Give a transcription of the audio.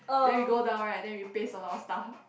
then we go down right then we paste a lot of stuff